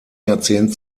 jahrzehnt